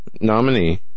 nominee